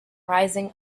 rising